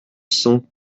cent